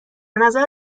نظر